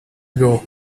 ago